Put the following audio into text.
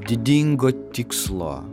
didingo tikslo